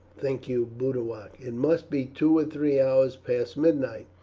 think you, boduoc? it must be two or three hours past midnight,